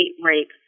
rape